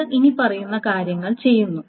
ഇത് ഇനിപ്പറയുന്ന കാര്യങ്ങൾ ചെയ്യുന്നു